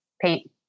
paint